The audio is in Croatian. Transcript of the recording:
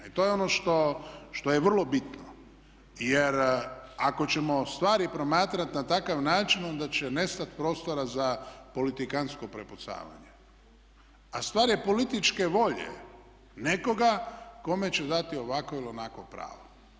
I to je ono što je vrlo bitno, jer ako ćemo stvari promatrati na takav način onda će nestati prostora za politikantsko prepucavanje, a stvar je političke volje nekoga kome će dati ovakvo ili onakvo pravo.